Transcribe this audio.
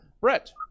Brett